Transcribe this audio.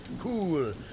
cool